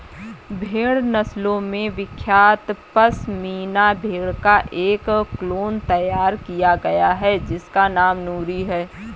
भेड़ नस्लों में विख्यात पश्मीना भेड़ का एक क्लोन तैयार किया गया है जिसका नाम नूरी है